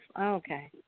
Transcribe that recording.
Okay